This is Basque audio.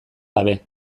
gabe